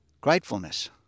gratefulness